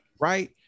right